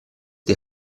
die